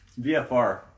VFR